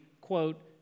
quote